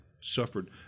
suffered